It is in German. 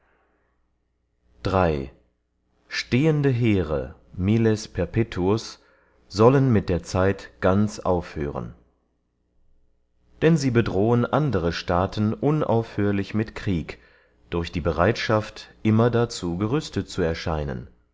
stehende heere miles perpetuus sollen mit der zeit ganz aufhören denn sie bedrohen andere staaten unaufhörlich mit krieg durch die bereitschaft immer dazu gerüstet zu erscheinen